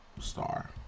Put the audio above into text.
star